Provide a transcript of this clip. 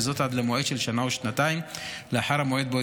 וזאת עד למועד של שנה ושנתיים לאחר המועד שבו